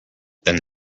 then